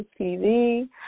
TV